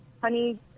honey